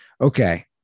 Okay